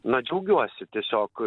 na džiaugiuosi tiesiog